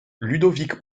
ludovic